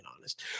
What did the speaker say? honest